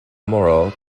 moral